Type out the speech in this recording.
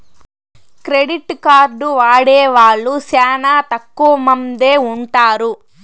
credit card వాడే వాళ్ళు శ్యానా తక్కువ మందే ఉంటారు